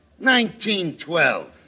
1912